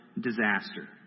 disaster